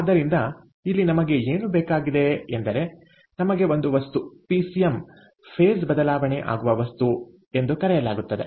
ಆದ್ದರಿಂದ ಇಲ್ಲಿ ನಮಗೆ ಏನು ಬೇಕಾಗಿದೆ ಎಂದರೆ ನಮಗೆ ಒಂದು ವಸ್ತು ಪಿಸಿಎಂ ಫೇಸ್ ಬದಲಾವಣೆ ಆಗುವ ವಸ್ತು ಎಂದು ಕರೆಯಲಾಗುತ್ತದೆ